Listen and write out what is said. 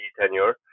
tenure